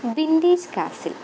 vintage castle